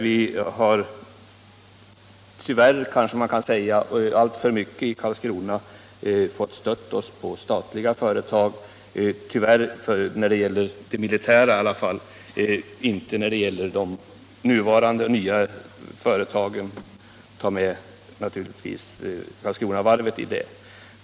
Vi har i Karlskrona, kanske man kan säga, tyvärr alltför mycket fått stödja oss på statliga företag; jag tänker då på de militära, inte på de nuvarande och nya företagen, exempelvis Karlskronavarvet.